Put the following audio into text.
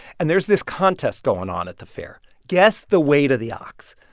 and there's this contest going on at the fair guess the weight of the ox.